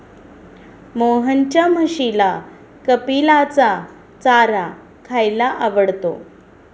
मोहनच्या म्हशीला कपिलाचा चारा खायला आवडतो